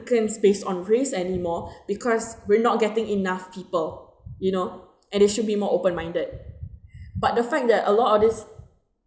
~cants based on race anymore because we're not getting enough people you know and it should be more open minded but the fact that a lot of this